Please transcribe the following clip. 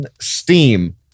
Steam